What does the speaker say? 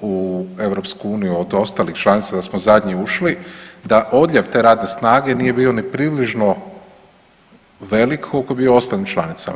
u EU od stalih članica, da smo zadnji ušli, da odljev te radne snage nije bio ni približno velik koliko je bio u ostalim članicama.